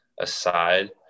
aside